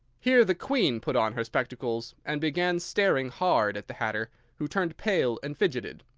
here the queen put on her spectacles, and began staring hard at the hatter, who turned pale and fidgeted.